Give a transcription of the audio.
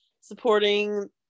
supporting